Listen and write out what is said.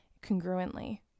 congruently